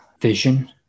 vision